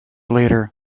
later